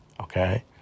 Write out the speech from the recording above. okay